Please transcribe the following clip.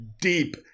deep